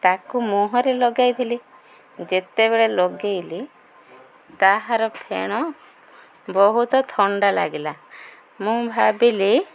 ତାକୁ ମୁହଁରେ ଲଗାଇଥିଲି ଯେତେବେଳେ ଲଗେଇଲି ତାହାର ଫେଣ ବହୁତ ଥଣ୍ଡା ଲାଗିଲା ମୁଁ ଭାବିଲି